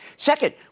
Second